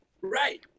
Right